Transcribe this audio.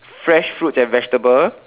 fresh fruits and vegetable